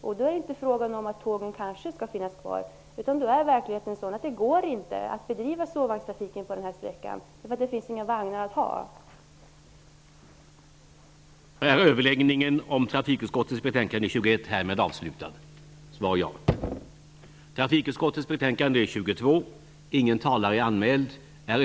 Då blir det inte fråga om att tågen kanske kommer att finnas kvar, utan det kommer i verkligheten inte att vara möjligt att driva sovvagnstrafik på sträckan, eftersom det inte finns några vagnar att ta i anspråk.